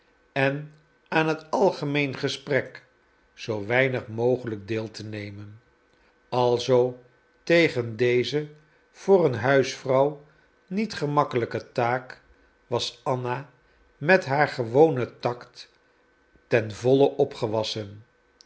en aan het algemeen gesprek zoo weinig mogelijk deel te nemen alzoo tegen deze voor een huisvrouw niet gemakkelijke taak was anna met haar gewonen tact ten volle opgewassen